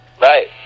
Right